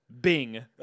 Bing